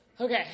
Okay